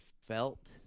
felt